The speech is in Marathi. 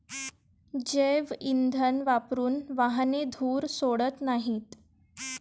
जैवइंधन वापरून वाहने धूर सोडत नाहीत